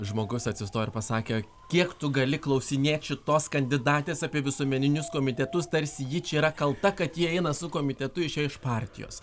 žmogus atsistojo ir pasakė kiek tu gali klausinėt šitos kandidatės apie visuomeninius komitetus tarsi ji čia yra kalta kad ji eina su komitetu išėjo iš partijos